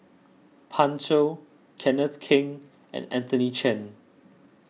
Pan Shou Kenneth Keng and Anthony Chen